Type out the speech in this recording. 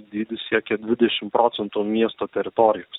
dydis siekia dvidešim procentų miesto teritorijos